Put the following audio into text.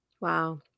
Wow